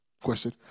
question